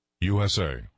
USA